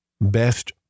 best